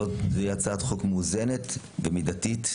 זאת הצעת חוק מאוזנת ומידתית.